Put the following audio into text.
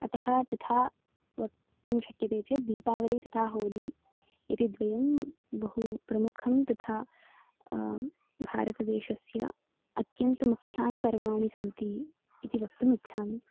अतः तथा वक्तुं शक्यते चेत् दीपावली तथा होली इति द्वयं बहु प्रमुखे तथा भारतदेशस्य अत्यन्तमुख्ये पर्वे सन्ति इति वक्तुमिच्छामि